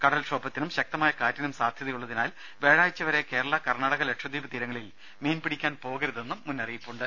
കടൽക്ഷോഭത്തിനും ശക്തമായ കാറ്റിനും സാധ്യതയുള്ളതിനാൽ വ്യാഴാഴ്ചവരെ കേരള കർണാടക ലക്ഷദ്വീപ് തീരങ്ങളിൽ മീൻപിടിക്കാൻ പോകരുതെന്നും മുന്നറിയിപ്പുണ്ട്